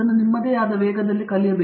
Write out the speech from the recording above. ತನ್ನದೇ ಆದ ವೇಗದಲ್ಲಿ ಕಲಿಯಬಹುದು